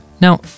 Now